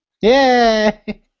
Yay